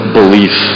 belief